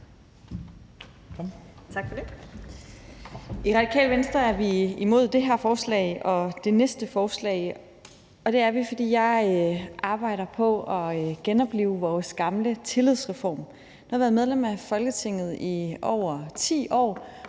I Radikale Venstre er vi imod det her forslag og det næste forslag, og det er vi, fordi jeg arbejder på at genoplive vores gamle tillidsreform. Jeg har været medlem af Folketinget i over 10 år,